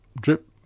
drip